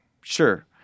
sure